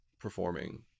performing